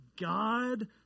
God